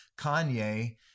Kanye